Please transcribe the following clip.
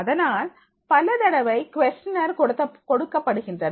அதனால் பலதடவை கொஸ்டினர் வகை கொடுக்கப்படுகின்றன